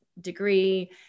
degree